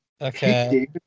Okay